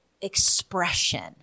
expression